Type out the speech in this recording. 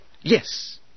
Yes